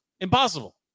Impossible